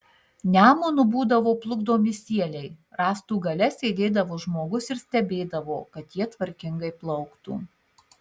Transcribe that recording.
nemunu būdavo plukdomi sieliai rąstų gale sėdėdavo žmogus ir stebėdavo kad jie tvarkingai plauktų